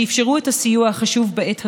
שאפשרו את הסיוע החשוב בעת הזו,